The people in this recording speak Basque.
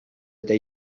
eta